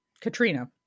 Katrina